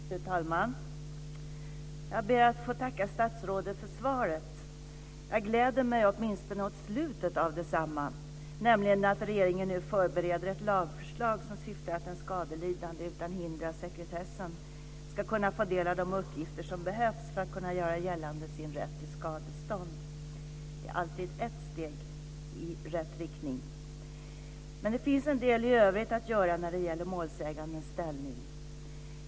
Fru talman! Jag ber att få tacka statsrådet för svaret. Jag gläder mig åtminstone åt slutet av detsamma, nämligen att regeringen nu förbereder ett lagförslag som syftar till att en skadelidande utan hinder av sekretessen ska kunna få ta del av de uppgifter som behövs för att kunna göra gällande sin rätt till skadestånd. Det är alltid ett steg i rätt riktning. Men det finns en del i övrigt att göra när det gäller målsägandens ställning.